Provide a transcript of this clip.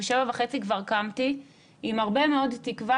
בשבע וחצי כבר קמתי עם הרבה מאוד תקווה